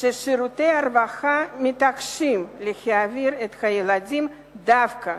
כששירותי הרווחה מתעקשים להעביר את הילדים דווקא